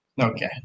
Okay